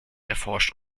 erforscht